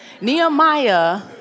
Nehemiah